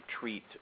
treat